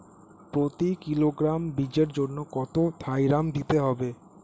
প্রতি কিলোগ্রাম বীজের জন্য কত থাইরাম দিতে হবে?